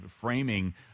framing